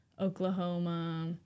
Oklahoma